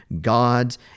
God's